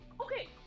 Okay